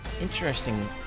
interesting